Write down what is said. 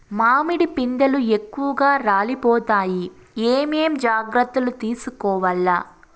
మామిడి పిందెలు ఎక్కువగా రాలిపోతాయి ఏమేం జాగ్రత్తలు తీసుకోవల్ల?